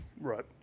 Right